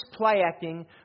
play-acting